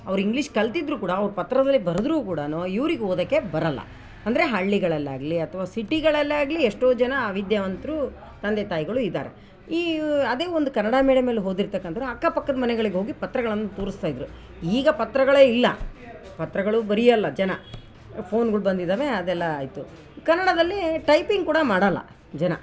ಅವ್ರು ಇಂಗ್ಲೀಷ್ ಕಲಿತಿದ್ರು ಕೂಡ ಅವ್ರು ಪತ್ರದಲ್ಲಿ ಬರೆದ್ರು ಕುಡಾನು ಇವ್ರಿಗೆ ಓದೋಕ್ಕೆ ಬರೋಲ್ಲ ಅಂದರೆ ಹಳ್ಳಿಗಳಲ್ಲಾಗಲಿ ಅಥ್ವ ಸಿಟಿಗಳಲ್ಲಾಗಲಿ ಎಷ್ಟೋ ಜನ ಅವಿದ್ಯಾವಂತರು ತಂದೆ ತಾಯಿಗಳು ಇದಾರೆ ಈ ಅದೆ ಒಂದು ಕನ್ನಡ ಮೀಡಿಯಮ್ನಲ್ಲಿ ಓದಿರ್ತಕ್ಕಂಥವ್ರ್ ಅಕ್ಕ ಪಕ್ಕದ ಮನೆಗಳಿಗೆ ಹೋಗಿ ಪತ್ರಗಳನ್ನು ತೋರಿಸ್ತಾ ಇದ್ರು ಈಗ ಪತ್ರಗಳೆ ಇಲ್ಲ ಪತ್ರಗಳು ಬರಿಯೋಲ್ಲ ಜನ ಫೋನ್ಗಳ್ ಬಂದಿದಾವೆ ಅದೆಲ್ಲ ಇತ್ತು ಕನ್ನಡದಲ್ಲಿ ಟೈಪಿಂಗ್ ಕೂಡ ಮಾಡೋಲ್ಲ ಜನ